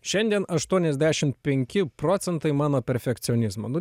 šiandien aštuoniasdešim penki procentai mano perfekcionizmo nu